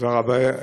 תודה רבה.